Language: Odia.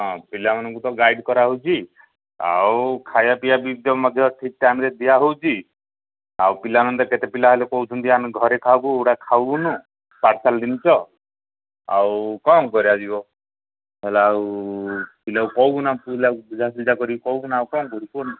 ହଁ ପିଲାମାନଙ୍କୁ ତ ଗାଇଡ଼ କରାହେଉଛି ଆଉ ଖାଇବା ପିଇବା ବି ତ ମଧ୍ୟ ଠିକ୍ ଟାଇମ୍ରେ ଦିଆହେଉଛି ଆଉ ପିଲାମାନେ ତ କେତେ ପିଲା ହେଲେ କହୁଛନ୍ତି ଆମେ ଘରେ ଖାଇବୁ ଏଗୁଡ଼ା ଖାଇବୁନୁ ପାର୍ସଲ ଜିନିଷ ଆଉ କ'ଣ କରାଯିବ ହେଲେ ଆଉ ପିଲାକୁ କହିବୁ ନା ପିଲା ବୁଝା ସୁଝା କରିକି କହିବୁ ନା ଆଉ କ'ଣ କରିବୁ କୁହନ୍ତୁ